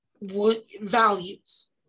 values